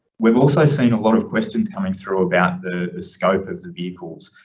we've also seen a lot of questions coming through about the scope of the vehicles,